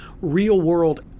real-world